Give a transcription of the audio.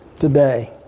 today